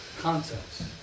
concepts